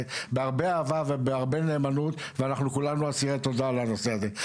בהרבה אהבה ובהרבה נאמנות ואנחנו כולנו אסירי תודה בנושא הזה.